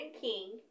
king